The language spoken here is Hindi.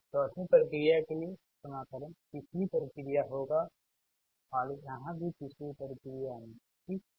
अब चौथे प्रक्रिया के लिए क्षमा करें तीसरी प्रक्रिया होगा और यहां भी तीसरी प्रक्रिया में ठीक